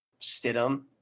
Stidham